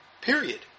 Period